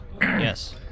Yes